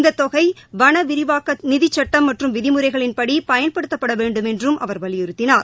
இந்த தொகை வன விரிவாக்க நிதி சுட்டம் மற்றும் விதிமுறைகளின்படி பயன்படுத்தப்படவேண்டும் என்றும் அவர் வலியுறுத்தினார்